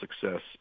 success